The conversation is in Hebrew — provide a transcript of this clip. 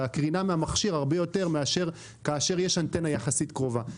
והקרינה מהמכשיר היא גדולה יותר מאשר כאשר יש אנטנה יחסית קרובה.